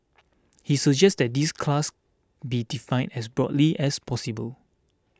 he suggested that this class be defined as broadly as possible